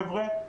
חבר'ה,